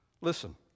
Listen